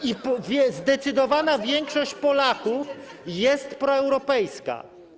I zdecydowana większość Polaków jest proeuropejska.